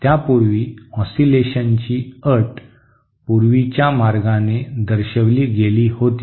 त्यापूर्वी ओसीलेशनची अट पूर्वीच्या मार्गाने दर्शविली गेली होती